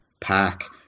pack